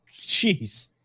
jeez